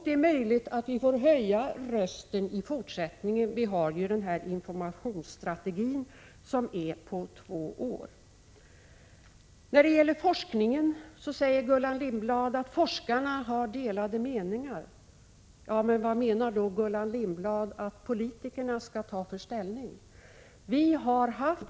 Det är möjligt att vi får höja rösten i fortsättningen; vi har ju den här informationsstrategin som sträcker sig över två år. Gullan Lindblad säger att forskarna har delade meningar. Vad menar då Gullan Lindblad att politikerna skall ta för ställning?